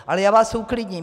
Ale já vás uklidním.